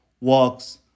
walks